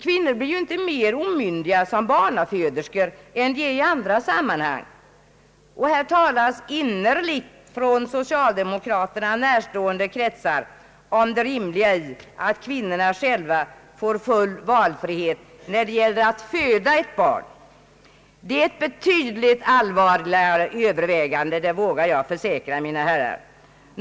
Kvinnan är inte mer omyndig som barnaföderska än i andra sammanhang. Det talas innerligt från socialdemokraterna närstående kretsar om det rimliga i att kvinnorna själva får full valfrihet när det gäller att föda ett barn. Det är ett betydligt allvarligare övervägande, det vågar jag försäkra mina herrar.